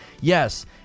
Yes